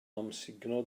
amsugno